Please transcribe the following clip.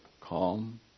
calm